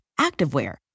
activewear